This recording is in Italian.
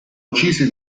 uccisi